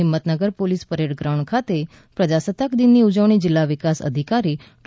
Himmatnagar police parade ground ખાતે પ્રજાસતાક દિનની ઉજવણી જિલ્લા વિકાસ અધિકારી ડો